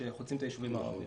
חוצים את היישובים הערבים.